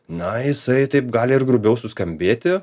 na jisai taip gali ir grubiau suskambėti